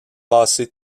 passé